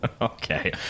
Okay